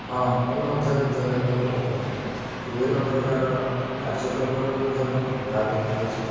ହଁ ମୁଁ ମଧ୍ୟ ଗୀତ ଗାଇବାକୁ ଭଲ ପାଏ ବିଭିନ୍ନପ୍ରକାର କାର୍ଯ୍ୟକ୍ରମର ମଧ୍ୟ ମୁଁ ଭାଗ ନେଇଅଛି